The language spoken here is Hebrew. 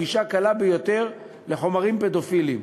גישה קלה ביותר לחומרים פדופיליים,